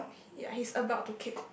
he ya he's about to kick